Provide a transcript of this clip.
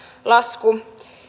lasku